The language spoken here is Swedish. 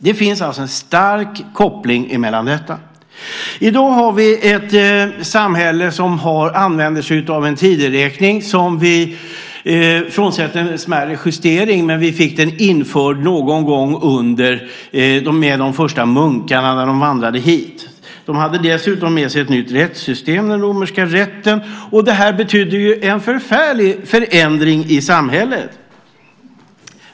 Den tideräkning vi använder i samhället i dag har, frånsett några smärre justeringar, varit oförändrad sedan den infördes när de första munkarna kom hit. De hade dessutom med sig ett nytt rättssystem, den romerska rätten. Allt detta betydde en väldig förändring av samhället.